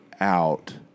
out